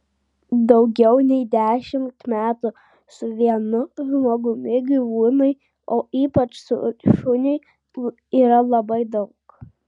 daugiau nei dešimt metų su vienu žmogumi gyvūnui o ypač šuniui yra labai daug